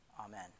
Amen